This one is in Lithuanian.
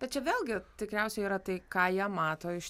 bet čia vėlgi tikriausiai yra tai ką jie mato iš